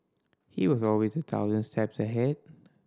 he was always a thousand steps ahead